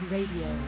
Radio